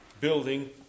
building